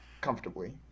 comfortably